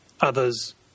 others